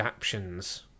adaptions